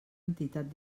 entitat